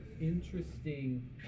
interesting